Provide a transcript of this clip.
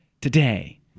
today